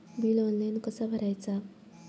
Bill online कसा भरायचा?